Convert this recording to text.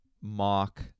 mock